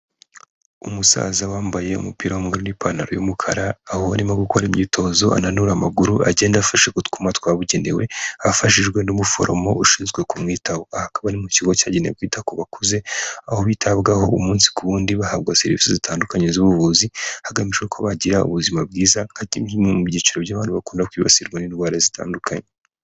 Umusaza wambaye umupira w'umweru n'ipantaro y'umukara aho arimo gukora imyitozo ananura amaguru agenda afashe ku twuma twabugenewe afashijwe n'umuforomo ushinzwe kumwitaho. Akaba ari mu kigo cyagenewe kwita ku bakuze, aho bitabwaho umunsi ku wundi bahabwa serivisi zitandukanye z'ubuvuzi hagamijwe ko bagira ubuzima bwiza nka kimwe mu byiciro by'abantu bakunda kwibasirwa n'indwara zitandukanye.